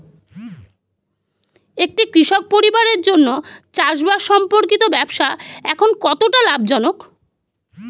একটি কৃষক পরিবারের জন্য চাষবাষ সম্পর্কিত ব্যবসা এখন কতটা লাভজনক?